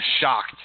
shocked